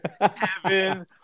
heaven